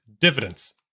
dividends